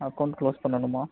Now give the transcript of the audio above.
account close பண்ணனுமா